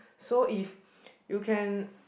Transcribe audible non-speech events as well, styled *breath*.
so if *breath* you can